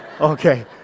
Okay